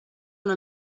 una